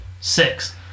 six